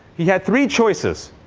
he had three choices.